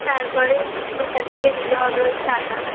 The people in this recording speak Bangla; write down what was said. তারপরে নটার দিকে দিলে হবে ওই চা টা